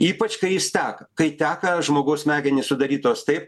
ypač kai jis teka kai teka žmogaus smegenys sudarytos taip